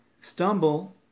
stumble